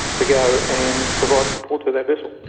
to go and provide support to that vessel.